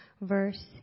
verse